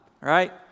right